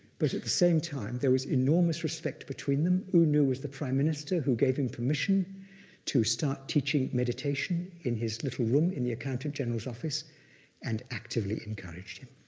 but at the same time, there was enormous respect between them. u nu was the prime minister who gave him permission to start teaching meditation in his little room in the accountant general's office and actively encouraged him.